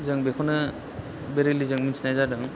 जों बेखौनो बे रिलिजों मिथिनाय जादों